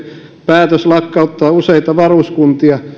päätös lakkauttaa useita varuskuntia